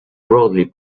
broadly